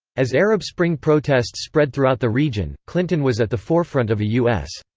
as arab spring protests spread throughout the region, clinton was at the forefront of a u s.